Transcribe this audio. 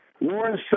Warren